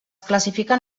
classifiquen